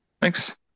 Thanks